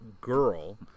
girl